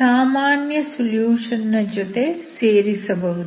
ಸಾಮಾನ್ಯ ಸೊಲ್ಯೂಷನ್ ನ ಜೊತೆ ಸೇರಿಸಬಹುದು